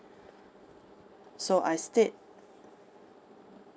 so I stayed